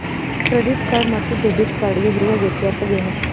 Credit card ಮತ್ತು debit card ಗೆ ಇರುವ ವ್ಯತ್ಯಾಸವೇನು?